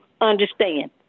understand